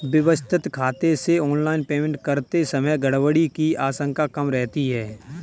व्यवस्थित खाते से ऑनलाइन पेमेंट करते समय गड़बड़ी की आशंका कम रहती है